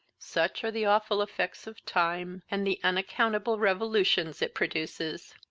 such are the awful effects of time, and the unaccountable revolutions it produces!